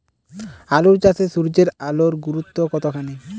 আলু চাষে সূর্যের আলোর গুরুত্ব কতখানি?